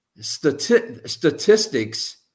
statistics